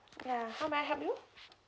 ya how may I help you